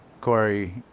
Corey